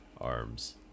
arms